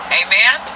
amen